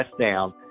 down